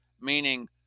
Meaning